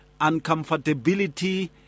uncomfortability